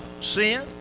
sin